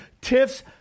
tiffs